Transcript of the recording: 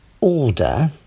order